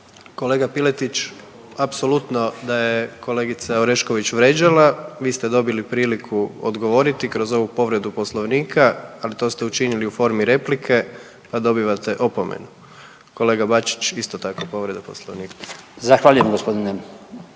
Kolega Piletić, apsolutno da je kolegica Orešković vrijeđala, vi ste dobili priliku odgovoriti kroz ovu povredu Poslovnika, ali to ste učinili u formi replike, pa dobivate opomenu. Kolega Bačić, isto tako povreda Poslovnika. **Bačić, Branko